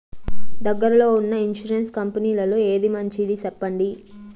దగ్గర లో ఉన్న ఇన్సూరెన్సు కంపెనీలలో ఏది మంచిది? సెప్పండి?